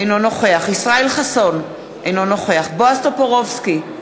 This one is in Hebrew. אינו נוכח ישראל חסון, אינו נוכח בועז טופורובסקי,